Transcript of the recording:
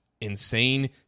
insane